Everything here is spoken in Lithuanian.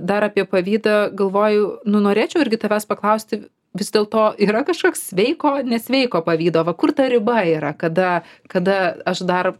dar apie pavydą galvoju nu norėčiau irgi tavęs paklausti vis dėlto yra kažkoks sveiko nesveiko pavydo va kur ta riba yra kada kada aš dar